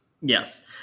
yes